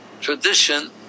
Tradition